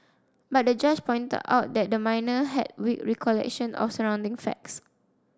but the judge pointed out that the minor had weak recollection of surrounding facts